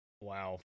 wow